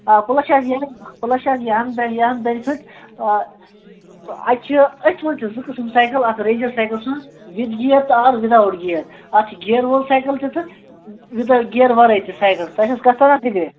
آ پُلَس چھِ یِہَن پُلَس چھِ اتھ یِہَن یہِ حظ بینِفِٹ اَتہِ چھِ أتھۍ منٛز چھِ زٕ قٕسٕم سایکَل اَکھ رینٛجَر سایکَلَس منٛز وِد گِیَر تہٕ اکھ وِد آوُٹ گِیَر اَتھ چھِ گیرٕ وول سایکَل تہِ تہٕ وِد اَوُٹ گیر وَرٲے تہِ سایکل تۄہہِ چھا حظ کَتھ تَران فِکری